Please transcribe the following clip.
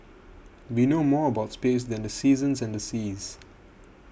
we know more about space than the seasons and the seas